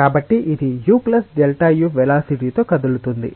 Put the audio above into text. కాబట్టి ఇది u Δu వేలాసిటితో కదులుతోంది